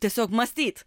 tiesiog mąstyt